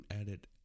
added